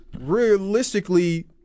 realistically